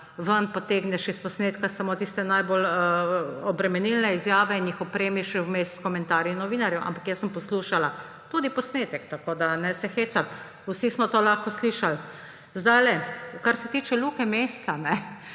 ven potegneš iz posnetka samo tiste najbolj obremenilne izjave in jih opremiš vmes s komentarji novinarjev. Ampak jaz sem poslušala tudi posnetek, tako da ne se hecati, vsi smo to lahko slišali! Kar ste tiče Luke Mesca,